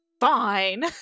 Fine